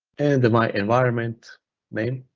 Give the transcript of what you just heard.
and my environment name.